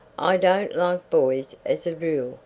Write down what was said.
i don't like boys as a rule,